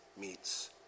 Meets